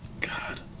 God